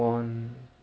wait is what